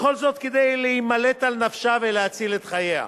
וכל זאת כדי להימלט על נפשה ולהציל את חייה.